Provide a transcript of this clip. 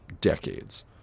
decades